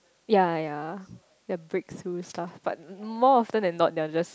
ya ya their break through stuff but more often than not they're just